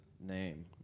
name